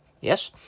Yes